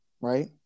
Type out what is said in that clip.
right